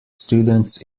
students